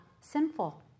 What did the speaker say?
sinful